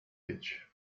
each